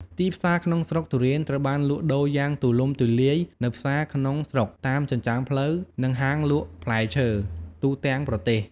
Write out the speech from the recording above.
ទីផ្សារក្នុងស្រុកទុរេនត្រូវបានលក់ដូរយ៉ាងទូលំទូលាយនៅ ផ្សារក្នុងស្រុក តាមចិញ្ចើមផ្លូវ និងហាងលក់ផ្លែឈើ ទូទាំងប្រទេស។